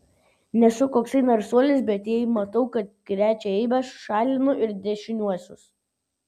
nesu koksai narsuolis bet jei matau kad krečia eibes šalinu ir dešiniuosius